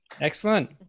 Excellent